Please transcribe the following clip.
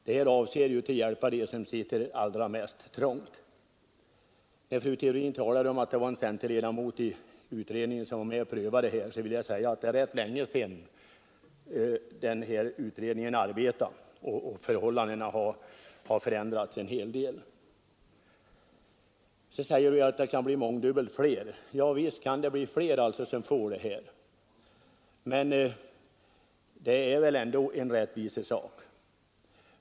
Här är det ju fråga om att hjälpa dem som sitter allra mest trångt. Fru Theorin erinrar om att en centerledamot i utredningen deltog i prövningen av denna fråga. Ja, men det är rätt länge sedan denna utredning arbetade, och förhållandena har förändrats en hel del. Sedan säger fru Theorin att det kan bli mångdubbelt flera jordbrukare som får bidrag om inkomstbeloppet höjs. Visst kan det bli flera, men det gäller ju här en rättvisesak.